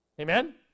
Amen